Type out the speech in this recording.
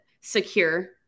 secure